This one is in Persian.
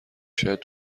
شاید